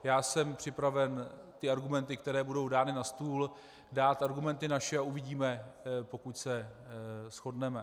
Já jsem připraven k argumentům, které budou dány na stůl, dát argumenty naše a uvidíme, pokud se shodneme.